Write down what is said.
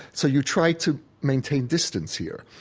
so you try to maintain distance here.